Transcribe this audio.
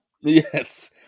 Yes